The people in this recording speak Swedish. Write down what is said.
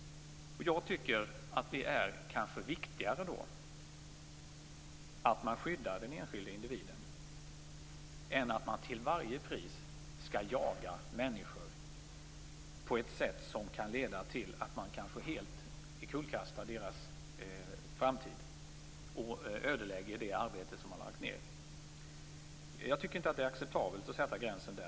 Jag tycker att det kanske är viktigare att man skyddar den enskilde individen än att man till varje pris skall jaga människor på ett sätt som kan leda till att man kanske helt omkullkastar deras framtid och ödelägger det arbete som de har lagt ned. Jag tycker inte att det är acceptabelt att man sätter gränsen där.